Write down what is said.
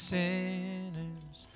sinners